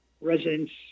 residents